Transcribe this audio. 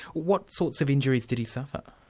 what sorts of injuries did he suffer?